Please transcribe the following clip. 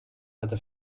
hatte